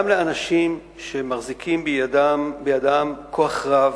גם אנשים שמחזיקים בידם כוח רב,